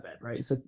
right